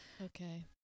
Okay